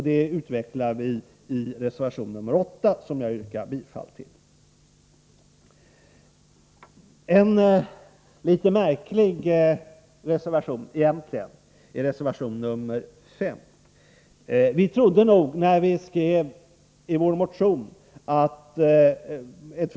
Det utvecklar vi i reservation nr - z a, Na Vissa anslag till 8, som jag yrkar bifall till. -: SSR a å RS grundläggande En egentligen något märklig reservation är reservation nr 5.